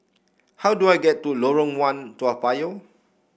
how do I get to Lorong One Toa Payoh